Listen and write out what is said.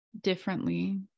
Differently